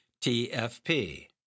TFP